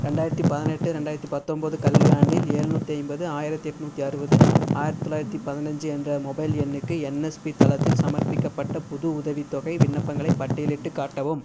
ரெண்டாயிரத்து பதினெட்டு ரெண்டாயிரத்து பத்தொம்போது கல்வியாண்டில் ஏழு நூற்றி ஐம்பது ஆயிரத்து எட்நூற்றி அறுபது ஆயிரத்து தொள்ளாயிரத்து பதினஞ்சு என்ற மொபைல் எண்ணுக்கு என்எஸ்பி தளத்தில் சமர்ப்பிக்கப்பட்ட புது உதவித்தொகை விண்ணப்பங்களை பட்டியலிட்டு காட்டவும்